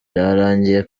byarangiye